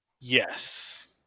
Yes